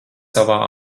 savā